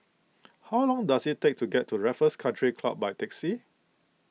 how long does it take to get to Raffles Country Club by taxi